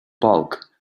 bulk